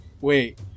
wait